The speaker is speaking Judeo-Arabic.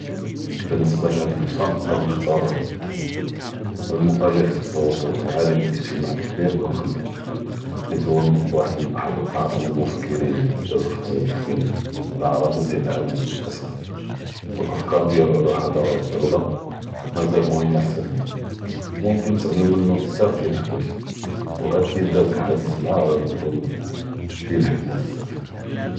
באלניסבה להאד אלעשא נקדר נכ’תאר, אלמוא’ריח ו אלעאלם אלחח’וסו אלכביר, איבן חלדון חית הוא מן וחד מן אחה’ם אלמופכ’רין לי דאזו פלתאריח, דיאל אלערב ו דיאל אלעאלם אסלאם, ו אלאפקאר דיאלו עלא אלחצארה ו אלדולה מזאל מוהימה חתה לליום, מומכנ תעלם מנו בזאף דיאל אלחואיג’, ו אכיד אלחדית מעאה ראדי יכון, פיה אלחכמה.